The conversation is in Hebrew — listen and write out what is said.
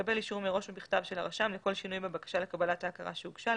יקבל אישור מראש ובכתב של הרשם לכל שינוי בבקשה לקבלת ההכרה שהוגשה,